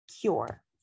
cure